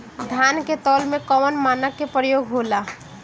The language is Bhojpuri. धान के तौल में कवन मानक के प्रयोग हो ला?